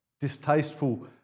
distasteful